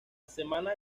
semana